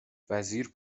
وزیر